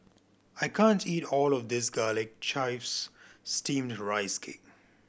I can't eat all of this Garlic Chives Steamed Rice Cake